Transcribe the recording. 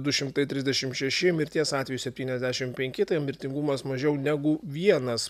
du šimtai trisdešim šeši mirties atvejų septyniasdešim penki mirtingumas mažiau negu vienas